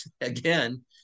again